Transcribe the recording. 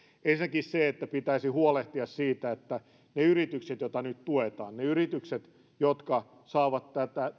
ensinnäkin pitäisi huolehtia siitä että ne yritykset joita nyt tuetaan ne yritykset jotka saavat